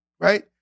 Right